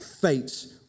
fates